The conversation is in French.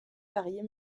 variées